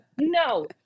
no